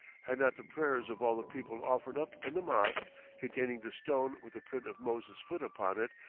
had not the prayers of all the people offered up in the mosque containing the stone with the print of moses' foot upon it,